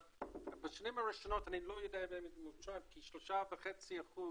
בשנים הראשונות אני לא באמת מוטרד כי 3.5%